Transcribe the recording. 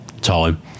time